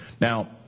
Now